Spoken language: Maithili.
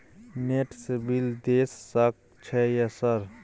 नेट से बिल देश सक छै यह सर?